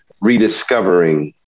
rediscovering